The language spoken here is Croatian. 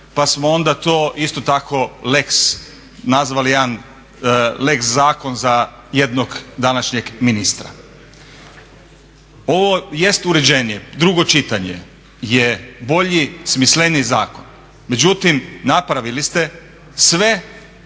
pa samo onda to isto tako lex, nazvali jedan lex zakon za jednog današnjeg ministra. Ovo jest uređenije, drugo čitanje je bolji smisleniji zakon, međutim napravili ste sve